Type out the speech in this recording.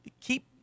Keep